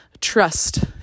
trust